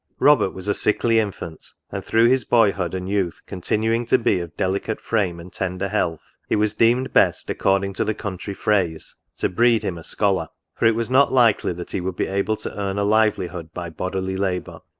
robert was a sickly infant and, through his boyhood and youth continuing to be of delicate frame and tender health, it was deemed best, according to the country phrase, to breed him a scholar for it was not likely that he would be able to earn a livelihood by bodily labour.